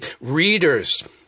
readers